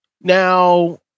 now